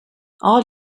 all